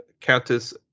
Countess